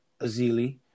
Azili